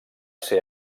ser